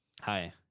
Hi